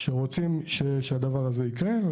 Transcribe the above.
שרוצים שהדבר הזה יקרה.